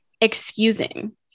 Excusing